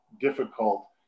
difficult